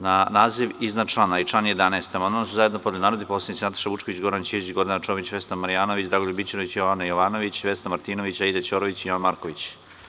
Na naziv iznad člana i član 11. amandman su zajedno podneli narodni poslanici Nataša Vučković, Goran Ćirić, Gordana Čomić, Vesna Marjanović, Dragoljub Mićunović, Jovana Jovanović, Vesna Martinović, Aida Ćorović i Jovan Marković.